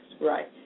Right